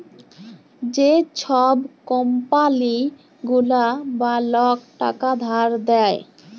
যে ছব কম্পালি গুলা বা লক টাকা ধার দেয়